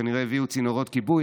כנראה הביאו צינורות כיבוי,